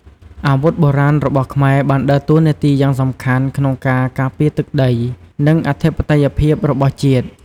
អាវុធបុរាណរបស់ខ្មែរបានដើរតួនាទីយ៉ាងសំខាន់ក្នុងការការពារទឹកដី និងអធិបតេយ្យភាពរបស់ជាតិ។